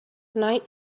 night